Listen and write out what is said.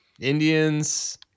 Indians